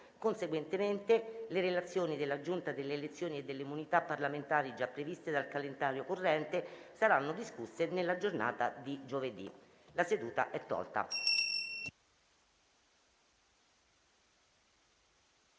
Conseguentemente, le relazioni della Giunta delle elezioni e delle immunità parlamentari già previste dal calendario corrente saranno discusse nella giornata di giovedì. **Atti